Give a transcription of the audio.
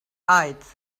heights